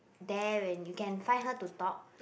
there when you can find her to talk